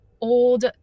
old